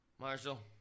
Marshall